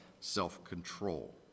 self-control